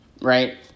right